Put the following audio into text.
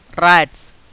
rats